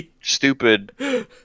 stupid